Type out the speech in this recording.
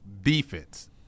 Defense